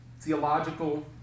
theological